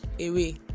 away